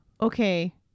Okay